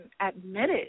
admitted